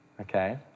okay